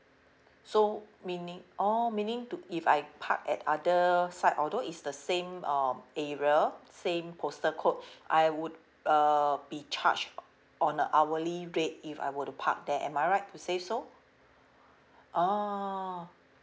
so meaning oh meaning to if I part at other side although it's the same um area same postal code I would uh be charged on a hourly rate if I were to park there am I right to say so orh